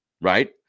Right